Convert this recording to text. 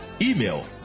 Email